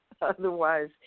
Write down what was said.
Otherwise